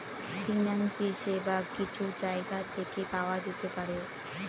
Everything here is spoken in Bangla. ফিন্যান্সিং সেবা কিছু জায়গা থেকে পাওয়া যেতে পারে